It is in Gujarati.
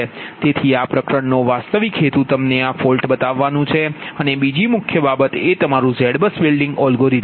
તેથી આ પ્રકરણનો વાસ્તવિક હેતુ તમને આ ફોલ્ટ બતાવવાનું છે અને બીજી મુખ્ય બાબત એ તમારું ZBUSબિલ્ડિંગ એલ્ગોરિધમ છે